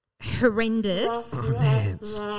Horrendous